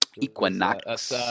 Equinox